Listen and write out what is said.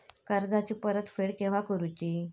कर्जाची परत फेड केव्हा करुची?